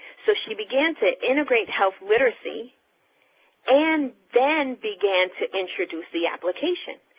so she began to integrate health literacy and then began to introduce the application,